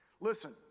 listen